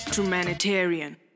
Humanitarian